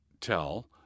tell